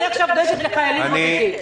אני עכשיו דואגת לחיילים בודדים.